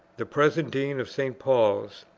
the present dean of st. paul's,